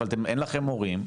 אבל אין לכם מורים,